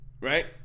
right